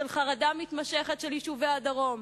של חרדה מתמשכת של יישובי הדרום,